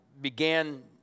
began